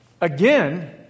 again